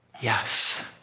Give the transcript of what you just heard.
Yes